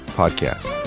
podcast